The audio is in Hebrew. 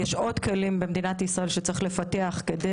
יש עוד כלים במדינת ישראל שצריך לפתח כדי